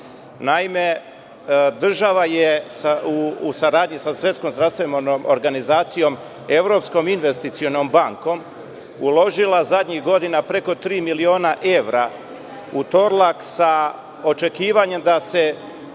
država je u saradnji sa Svetskom zdravstvenom organizacijom, Evropskom investicionom bankom, uložila zadnjih godina preko tri miliona evra u „Torlak“, sa očekivanjem da se